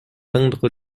peindre